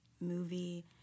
movie